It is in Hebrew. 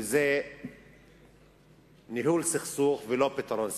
והיא ניהול סכסוך ולא פתרון סכסוך.